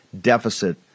deficit